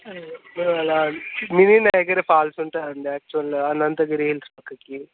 అలా mini Niagara falls ఉంటాయండి యాక్చువల్గా అనంతగిరి హిల్స్ పక్కకి